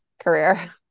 career